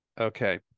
okay